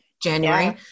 January